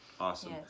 awesome